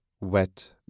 wet